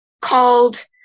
called